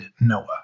Noah